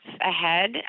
ahead